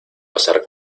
pasar